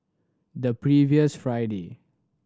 the previous Friday